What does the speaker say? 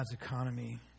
economy